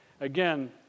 Again